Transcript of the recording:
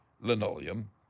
linoleum